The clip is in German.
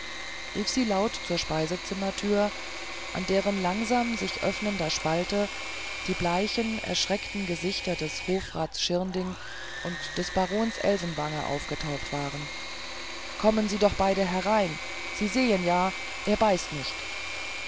rief sie laut zur speisezimmertür in deren langsam sich öffnender spalte die bleichen erschreckten gesichter des hofrats schirnding und des barons elsenwanger aufgetaucht waren kommen sie doch beide herein sie sehen ja er beißt nicht